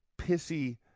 pissy